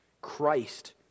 Christ